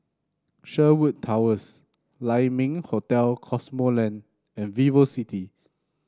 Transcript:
Sherwood Towers Lai Ming Hotel Cosmoland and VivoCity